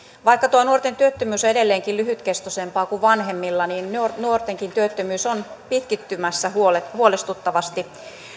vaikka tuo nuorten työttömyys on edelleenkin lyhytkestoisempaa kuin vanhemmilla niin nuortenkin työttömyys on pitkittymässä huolestuttavasti